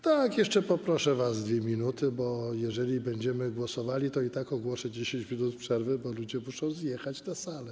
Tak, jeszcze poproszę was o 2 minuty, bo jeżeli będziemy głosowali, to i tak ogłoszę 10 minut przerwy, bo ludzie muszą zjechać na salę.